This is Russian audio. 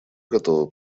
готово